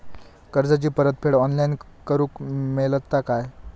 कर्जाची परत फेड ऑनलाइन करूक मेलता काय?